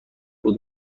بود